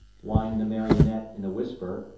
whined the marionette in a whisper,